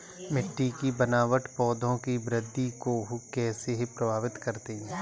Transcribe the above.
मिट्टी की बनावट पौधों की वृद्धि को कैसे प्रभावित करती है?